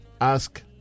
ask